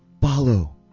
follow